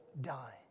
die